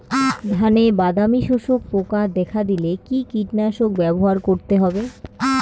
ধানে বাদামি শোষক পোকা দেখা দিলে কি কীটনাশক ব্যবহার করতে হবে?